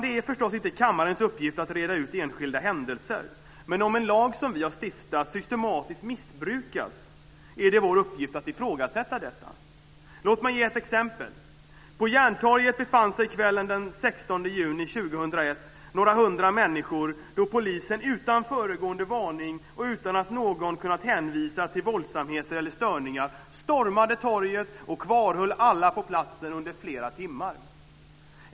Det är förstås inte kammarens uppgift att reda ut enskilda händelser, men om en lag som vi har stiftat systematiskt missbrukas är det vår uppgift att ifrågasätta detta. Låt mig ge ett exempel: På Järntorget befann sig kvällen den 16 juni 2001 några hundra människor då polisen, utan föregående varning och utan att någon hade kunnat hänvisa till våldsamheter eller störningar, stormade torget och kvarhöll alla på platsen under flera timmar.